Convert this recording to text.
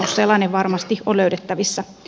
sellainen varmasti on löydettävissä